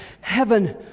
heaven